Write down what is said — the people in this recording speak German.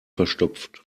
verstopft